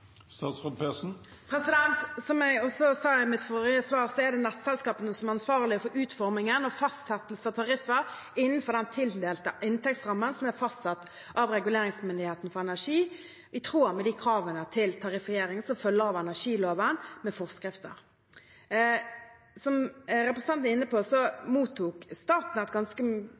Som jeg også sa i mitt forrige svar, er det nettselskapene som er ansvarlige for utformingen og fastsettelsen av tariffer innenfor den tildelte inntektsrammen som er fastsatt av Reguleringsmyndigheten for energi, i tråd med de kravene til tariffering som følger av energiloven med forskrifter. Som representanten er inne på, mottok Statnett ganske